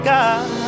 God